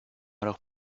alors